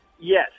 Yes